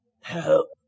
help